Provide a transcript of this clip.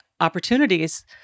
opportunities